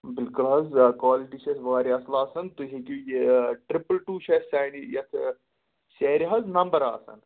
بالکل حظ کالِٹی چھ اَسہِ واریاہ اَصٕل آسان تُہۍ ہیٚکِو ٹِرٛپٕل ٹوٗ چھِ اَسہِ سانہِ یَتھٕ سیرِ حظ نمبر آسَان